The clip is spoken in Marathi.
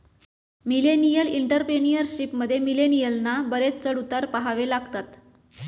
मिलेनियल एंटरप्रेन्युअरशिप मध्ये, मिलेनियलना बरेच चढ उतार पहावे लागतात